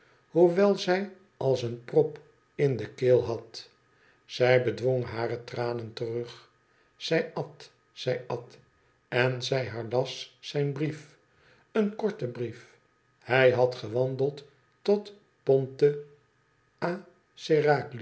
hoewel zij als een prop in de keel had zij bedwong hare tranen terug zij at zij at en zij herlas zijn brief een korte brief hij had gewandeld tot ponte a serraglio